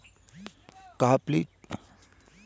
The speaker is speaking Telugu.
కాఫీ చాక్లేట్ తయారు చేసిన వాటి మీద రైతులు బొమ్మలు ఏత్తారు